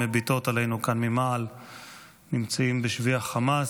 מביטות אלינו כאן ממעל נמצאים בשבי החמאס,